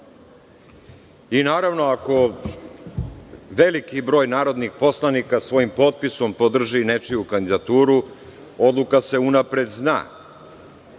i, naravno, ako veliki broj narodnih poslanika svojim potpisom podrži nečiju kandidaturu, odluka se unapred zna